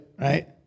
right